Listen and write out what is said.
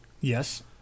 Yes